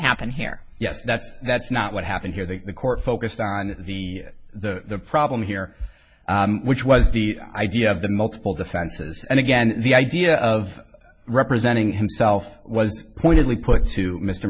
happened here yes that's that's not what happened here that the court focused on the the problem here which was the idea of the multiple defenses and again the idea of representing himself was pointedly put to mr